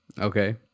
Okay